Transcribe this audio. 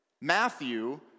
Matthew